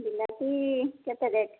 ବିଲାତି କେତେ ରେଟ୍